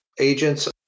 agents